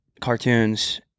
cartoons